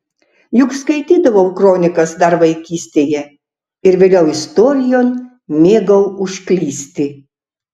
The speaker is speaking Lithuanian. juk skaitydavau kronikas dar vaikystėje ir vėliau istorijon mėgau užklysti